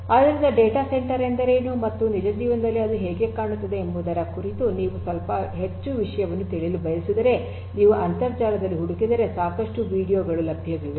ಆದ್ದರಿಂದ data centre ಎಂದರೇನು ಮತ್ತು ನಿಜ ಜೀವನದಲ್ಲಿ ಅದು ಹೇಗೆ ಕಾಣುತ್ತದೆ ಎಂಬುದರ ಕುರಿತು ನೀವು ಸ್ವಲ್ಪ ಹೆಚ್ಚು ವಿಷಯವನ್ನು ಪಡೆಯಲು ಬಯಸಿದರೆ ನೀವು ಅಂತರ್ಜಾಲದಲ್ಲಿ ಹುಡುಕಿದರೆ ಸಾಕಷ್ಟು ವೀಡಿಯೊ ಗಳು ಲಭ್ಯವಿವೆ